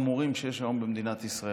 חמורים שיש היום במדינת ישראל.